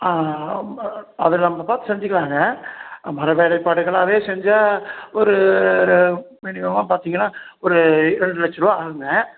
ஆ அது நம்ம பார்த்து செஞ்சுக்கலாம்ங்க மர வேலைப்பாடுகள் அதே செஞ்சால் ஒரு மினிமமாக பார்த்தீங்கன்னா ஒரு ரெண்டு லட்சரூபா ஆகும்ங்க